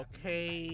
Okay